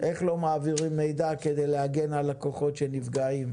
איך לא מעבירים מידע כדי להגן על לקוחות שנפגעים,